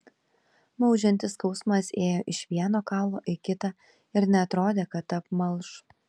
maudžiantis skausmas ėjo iš vieno kaulo į kitą ir neatrodė kad apmalš